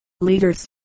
Leaders